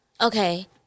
Okay